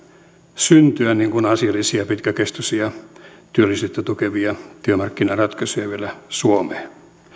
syntyä asiallisia pitkäkestoisia työllisyyttä tukevia työmarkkinaratkaisuja vielä suomeen